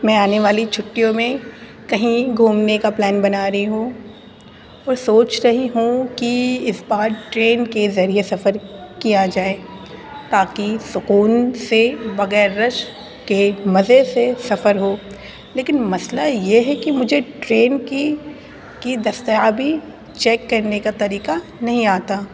میں آنے والی چھٹیوں میں کہیں گھومنے کا پلان بنا رہی ہوں اور سوچ رہی ہوں کہ اس بار ٹرین کے ذریعے سفر کیا جائے تاکہ سکون سے بغیر رش کے مزے سے سفر ہو لیکن مسئلہ یہ ہے کہ مجھے ٹرین کی کی دستیابی چیک کرنے کا طریقہ نہیں آتا